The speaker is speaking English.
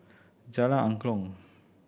Jalan Angklong